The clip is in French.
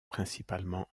principalement